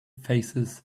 faces